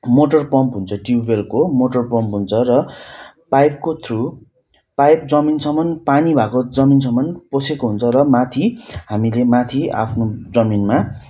motor pump हुन्छ ट्युबवेलको motor pump हुन्छ र पाइपको थ्रू पाइप जमिनसम्म पानी भएको जमिनसम्म पसेको हुन्छ र माथि हामीले माथि आफ्नो जमिनमा